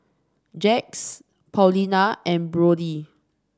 Jax Paulina and Brodie